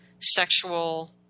sexual